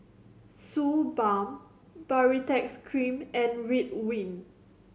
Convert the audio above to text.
Suu Balm Baritex Cream and Ridwind